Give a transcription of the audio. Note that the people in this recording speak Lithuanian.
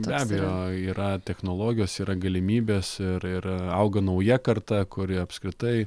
be abejo yra technologijos yra galimybės ir ir auga nauja karta kuri apskritai